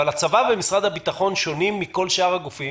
אבל הצבא ומשרד הביטחון שונים מכל שאר הגופים